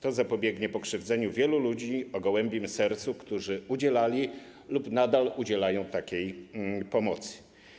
To zapobiegnie pokrzywdzeniu wielu ludzi o gołębim sercu, którzy udzielali lub nadal udzielają takiej pomocy.